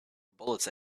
bullets